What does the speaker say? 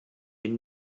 den